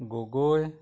Gogoi